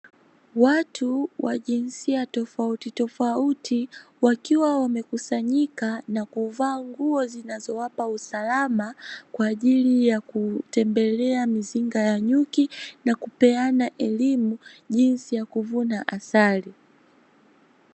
Watu wa jinsia tofautitofauti wakiwa wamekusanyika na kuvaa nguo zinazowapa usalama kwa ajili ya kutembelea mizinga ya nyuki na kupeana elimu jinsi ya kuvuna asali.